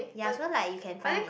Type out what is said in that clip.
ya so like you can find in